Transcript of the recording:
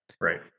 Right